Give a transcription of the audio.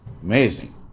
Amazing